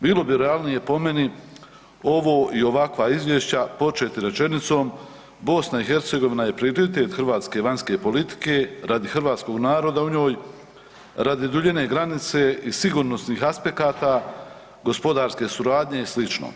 Bilo bi realnije po meni ovo i ovakva Izvješća početi rečenicom Bosna i Hercegovina je prioritet hrvatske vanjske politike radi Hrvatskog naroda u njoj, radi duljine granice i sigurnosnih aspekata, gospodarske suradnje i slično.